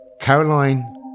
Caroline